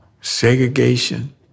segregation